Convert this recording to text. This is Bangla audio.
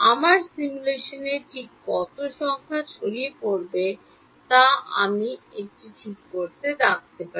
আমার সিমুলেশনে ঠিক কত সংখ্যার ছড়িয়ে পড়বে তা আমি একটি চেক রাখতে পারি